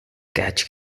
catch